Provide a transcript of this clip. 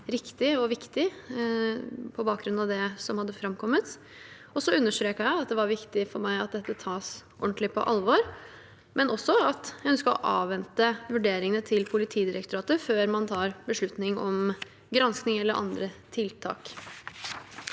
riktig og viktig på bakgrunn av det som har framkommet. Jeg understreket at det er viktig for meg at dette tas ordentlig på alvor, men også at jeg ønsket å avvente vurderingene til Politidirektoratet før man beslutter gransking eller andre tiltak.